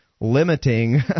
limiting